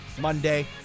Monday